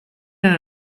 and